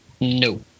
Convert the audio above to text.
No